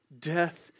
death